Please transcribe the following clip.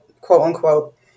quote-unquote